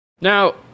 now